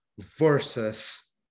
versus